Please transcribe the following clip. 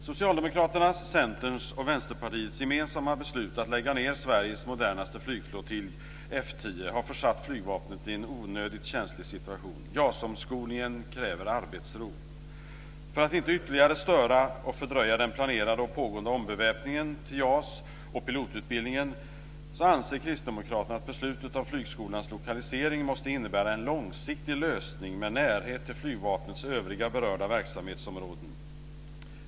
Socialdemokraternas, Centerns och Vänsterpartiets gemensamma beslut att lägga ned Sveriges modernaste flygflottilj, F 10, har försatt flygvapnet i en onödigt känslig situation. JAS-omskolningen kräver arbetsro. För att inte ytterligare störa och fördröja den planerade och pågående ombeväpningen till JAS och pilotutbildningen anser kristdemokraterna att beslutet om flygskolans lokalisering måste innebära en långsiktig lösning med närhet till flygvapnets övriga berörda verksamhetsområden.